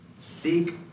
Seek